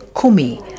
Kumi